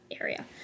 area